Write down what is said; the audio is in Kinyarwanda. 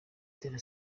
itera